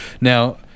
Now